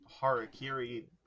Harakiri